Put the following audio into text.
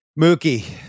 Mookie